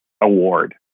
award